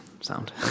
Sound